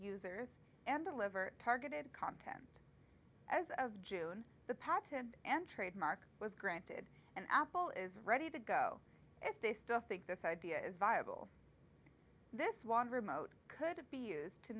users and deliver targeted content as of june the patent and trademark was granted and apple is ready to go if they still think this idea is viable this one remote could be used to